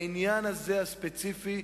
בעניין הזה הספציפי,